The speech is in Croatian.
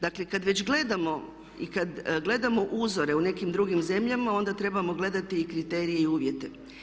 Dakle, kad već gledamo i kad gledamo uzore u nekim drugim zemljama onda trebamo gledati i kriterije i uvjete.